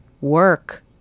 work